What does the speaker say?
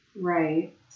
Right